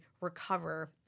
recover